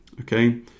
Okay